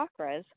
chakras –